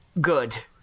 good